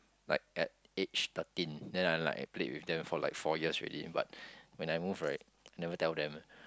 like at age thirteen then I like played with them for like four years already but when I move right never tell them eh